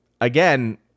again